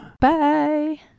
Bye